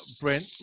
Brent